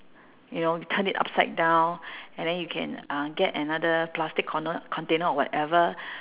you know you turn it upside down and then you can uh get another plastic corner container or whatever